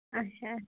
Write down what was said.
اَچھا